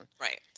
Right